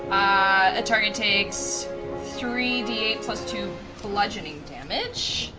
a target takes three d eight plus two bludgeoning damage.